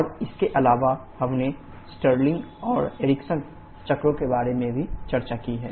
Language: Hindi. और इसके अलावा हमने स्टर्लिंग और एरिक्सन चक्रों के बारे में भी चर्चा की है